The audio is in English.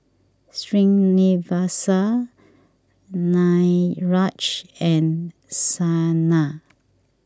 Srinivasa Niraj and Saina